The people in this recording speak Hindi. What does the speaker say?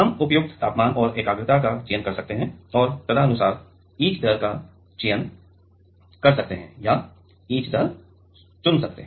हम उपयुक्त तापमान और एकाग्रता का चयन कर सकते हैं और तदनुसार ईच दर का चयन कर सकते हैं या ईच दर चुन सकते हैं